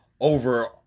over